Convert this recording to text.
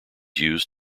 used